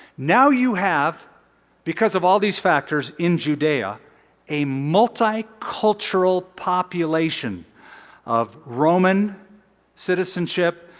now you have because of all these factors in judea a multi cultural population of roman citizenship,